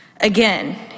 Again